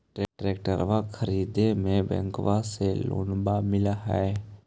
ट्रैक्टरबा खरीदे मे बैंकबा से लोंबा मिल है?